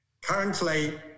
Currently